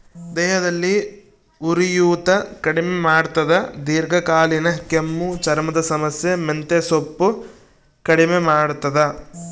ದೇಹದಲ್ಲಿ ಉರಿಯೂತ ಕಡಿಮೆ ಮಾಡ್ತಾದ ದೀರ್ಘಕಾಲೀನ ಕೆಮ್ಮು ಚರ್ಮದ ಸಮಸ್ಯೆ ಮೆಂತೆಸೊಪ್ಪು ಕಡಿಮೆ ಮಾಡ್ತಾದ